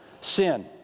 sin